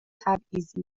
تبعیضی